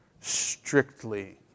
strictly